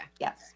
Yes